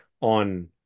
on